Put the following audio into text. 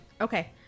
Okay